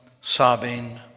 sobbing